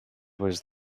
was